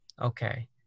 Okay